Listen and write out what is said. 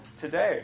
today